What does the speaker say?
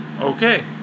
okay